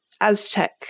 Aztec